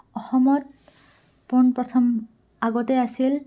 অসমত পোন প্ৰথম আগতে আছিল